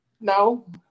No